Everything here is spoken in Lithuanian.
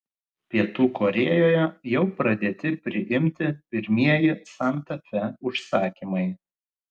pietų korėjoje jau pradėti priimti pirmieji santa fe užsakymai